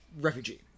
refugee